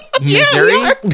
Missouri